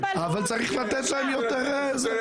אבל צריך לתת להם יותר --- נתי,